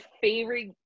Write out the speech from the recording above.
favorite